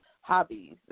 hobbies